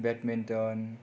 badminton